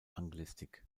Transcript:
anglistik